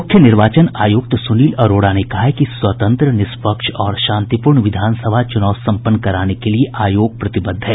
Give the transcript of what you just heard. मुख्य निर्वाचन आयुक्त सुनील अरोड़ा ने कहा है कि स्वतंत्र निष्पक्ष और शांतिपूर्ण विधानसभा चुनाव सम्पन्न कराने के लिये आयोग प्रतिबद्ध है